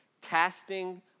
casting